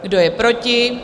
Kdo je proti?